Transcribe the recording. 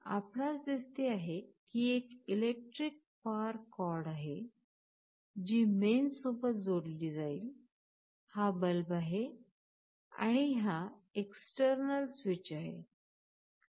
आपणास दिसते आहे ही एक इलेक्ट्रिक पॉवर कॉर्ड आहे जी मेन्स सोबत जोडली जाईल हा बल्ब आहे आणि हा एक्सटेर्नल स्विच आहे